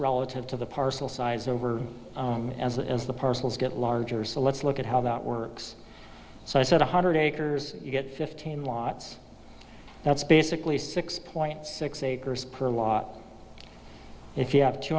relative to the parcel size over as the parcels get larger so let's look at how that works so i said one hundred acres you get fifteen lots that's basically six point six acres per lot if you have two